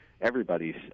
everybody's